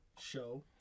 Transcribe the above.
show